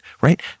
right